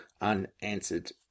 unanswered